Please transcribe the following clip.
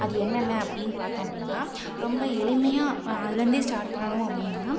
அது என்னென்ன அப்படினு பார்த்தோம் அப்படின்னா ரொம்ப எளிமையாக அதுலேருந்தே ஸ்டார்ட் பண்ணணும் அப்படின்னா